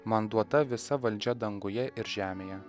man duota visa valdžia danguje ir žemėje